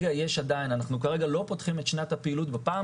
אנחנו כרגע לא פותחים את שנת הפעילות בפעם